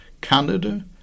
Canada